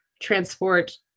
transport